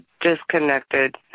disconnected